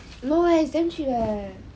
no leh it's damn cheap leh